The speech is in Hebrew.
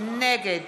נגד